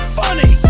funny